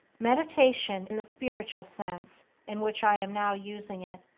meditation, in the spiritual sense in which i am now using it,